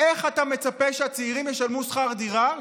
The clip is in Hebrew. איך אתה מצפה שהצעירים ישלמו שכר דירה?